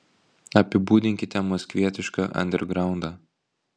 apibūdinkite maskvietišką andergraundą